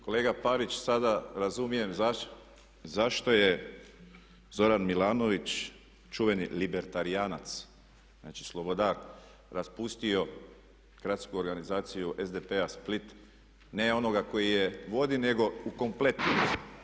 Kolega Parić, sada razumijem zašto je Zoran Milanović čuveni libertarijanac, znači slobodar, raspustio gradsku organizaciju SDP-a Split ne onoga koji je vodi, nego u kompletu.